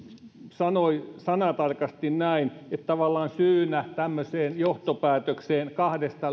sanoi sanatarkasti näin että tavallaan syynä tämmöiseen johtopäätökseen kahteen